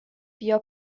بیا